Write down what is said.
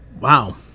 Wow